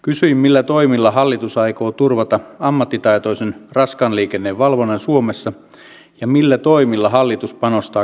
kysyin millä toimilla hallitus aikoo turvata ammattitaitoisen raskaan liikenteen valvonnan suomessa ja millä toimilla hallitus panostaa kabotaasiliikenteen valvontaan